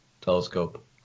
telescope